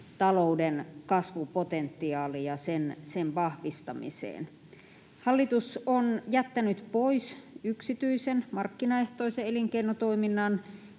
talouden kasvupotentiaaliin ja sen vahvistamiseen. Hallitus on jättänyt pois yksityisen, markkinaehtoisen elinkeinotoiminnan